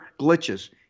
glitches